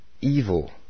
evil